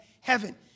Heaven